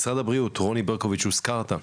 משרד הבריאות, רוני ברקוביץ, הוזכרת.